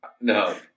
No